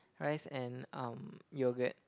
rice and um yogurt